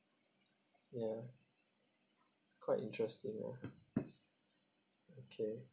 ya it's quite interesting lah okay